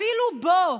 אפילו בו,